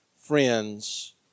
friends